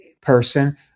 person